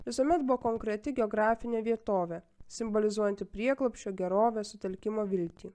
visuomet buvo konkreti geografinė vietovė simbolizuojanti prieglobsčio gerovę sutelkimo viltį